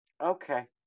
Okay